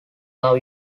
love